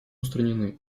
устранены